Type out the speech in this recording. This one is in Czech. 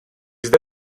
zde